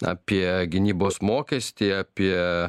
apie gynybos mokestį apie